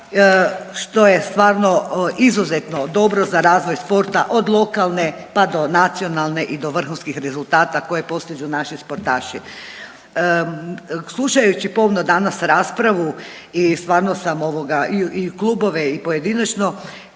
što je stvarno izuzetno dobro za razvoj sporta od lokalne, pa do nacionalne i do vrhunskih rezultata koje postižu naši sportaši. Slušajući pomno danas raspravu i stvarno sam i klubove i pojedinačno,